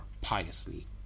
piously